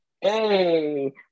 Hey